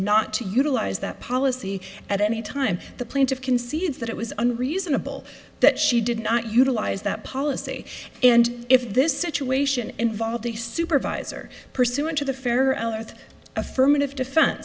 not to utilize that policy at any time the plaintiff concedes that it was an reasonable that she did not utilize that policy and if this situation involved a supervisor pursuant to the fair ehlert affirmative defen